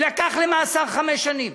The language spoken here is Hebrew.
יילקח למאסר חמש שנים.